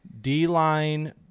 D-line